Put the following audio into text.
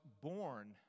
born